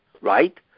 right